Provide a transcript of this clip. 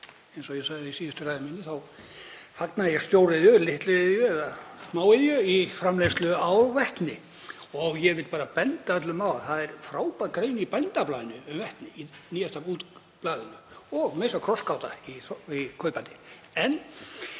Eins og ég sagði í síðustu ræðu minni þá fagna ég stóriðju og smáiðju í framleiðslu á vetni. Ég vil bara benda öllum á að það er frábær grein í Bændablaðinu um vetni, í nýjasta blaðinu, og m.a.s. krossgáta í kaupbæti.